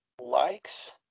likes